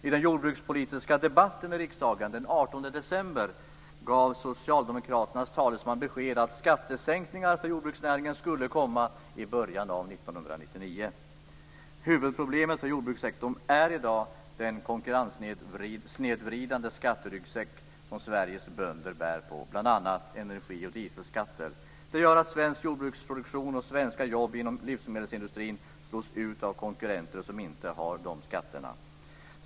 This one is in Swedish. I den jordbrukspolitiska debatten i riksdagen den 18 december gav Socialdemokraternas talesman besked att skattesänkningar för jordbruksnäringen skulle komma i början av 1999. Huvudproblemet för jordbrukssektorn är i dag den konkurrenssnedvridande skatteryggsäck med bl.a. energi och dieselskatter som Sveriges bönder bär på. Det gör att svensk jordbruksproduktion och svenska jobb inom livsmedelsindustrin slås ut av konkurrenter som inte har de skatterna.